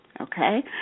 Okay